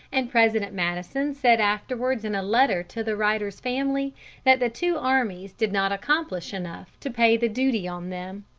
and president madison said afterwards in a letter to the writer's family that the two armies did not accomplish enough to pay the duty on them.